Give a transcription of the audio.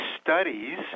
studies